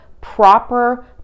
proper